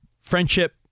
Friendship